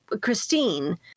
christine